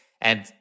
And-